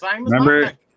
Remember